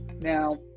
Now